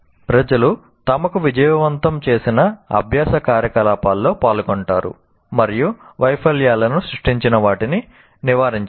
ప్రజలు తమకు విజయవంతం చేసిన అభ్యాస కార్యకలాపాల్లో పాల్గొంటారు మరియు వైఫల్యాలను సృష్టించిన వాటిని నివారించండి